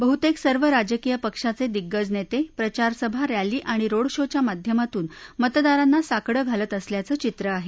बहुतेक सर्व राजकीय पक्षाचे दिग्गज नेते प्रचारसभा रॅली आणि रोड शोच्या माध्यमातून मतदारांना साकडं घालत असल्याचं चित्र आहे